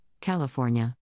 California